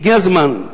הגיע הזמן,